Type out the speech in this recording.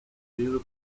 periodo